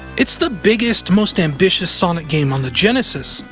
it's the biggest, most ambitious sonic game on the genesis,